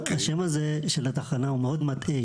השם הזה של התחנה הוא מאוד מטעה,